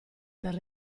per